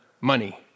money